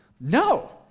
No